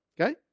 Okay